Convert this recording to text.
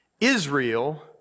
Israel